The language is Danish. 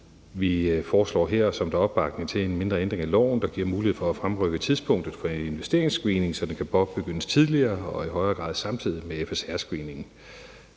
Vi foreslår her, som der er opbakning til, en mindre ændring i loven, der giver mulighed for at fremrykke tidspunktet for en investeringsscreening, så den kan påbegyndes tidligere og i højere grad samtidig med FSR-screeningen.